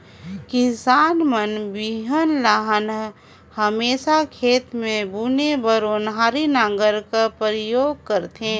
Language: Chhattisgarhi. किसान मन बीहन ल हमेसा खेत मे बुने बर ओन्हारी नांगर कर परियोग करथे